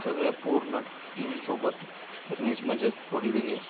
सगळे पूर्ण टीमसोबत फिरण्याची मजाच थोडी वेगळी असते